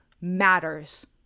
matters